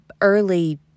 early